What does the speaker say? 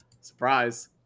Surprise